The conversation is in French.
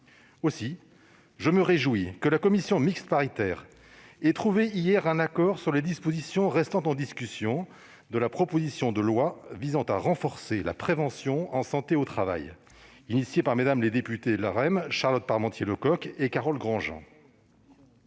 Aussi, je me réjouis que la commission mixte paritaire ait trouvé hier un accord sur les dispositions restant en discussion de la proposition de loi pour renforcer la prévention en santé au travail, initiée par les députées LaREM, Mmes Charlotte Parmentier-Lecocq et Carole Grandjean.